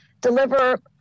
deliver